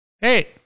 Hey